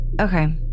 Okay